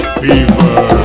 fever